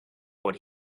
what